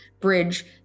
bridge